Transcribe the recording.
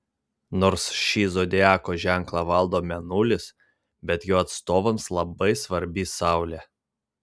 nors šį zodiako ženklą valdo mėnulis bet jo atstovams labai svarbi saulė